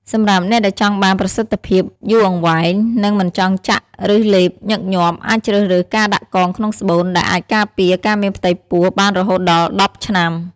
សម្រាប់អ្នកដែលចង់បានប្រសិទ្ធភាពយូរអង្វែង និងមិនចង់ចាក់ឬលេបញឹកញាប់ អាចជ្រើសរើសការដាក់កងក្នុងស្បូន ដែលអាចការពារការមានផ្ទៃពោះបានរហូតដល់ ១០ ឆ្នាំ។